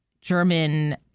German